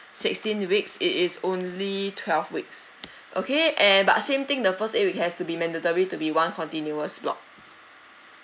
sixteen weeks it is only twelve weeks okay and but same thing the first week has to be mandatory to be one continuous block